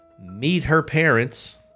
meet-her-parents